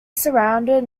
surrounded